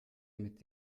mit